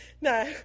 No